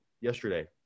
yesterday